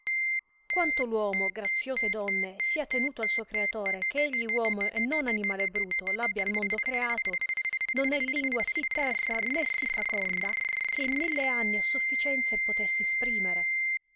quanto l'uomo graziose donne sia tenuto al suo creatore che egli uomo e non animale bruto abbia al mondo creato non è lingua sì tersa né sì faconda che in mille anni a sofficienza il potesse isprimere